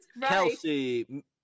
Kelsey